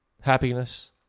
happiness